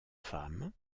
femme